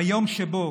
ביום שבו